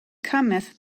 cometh